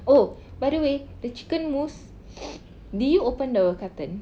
oh by the way the chicken mousse did you open the carton